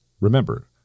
Remember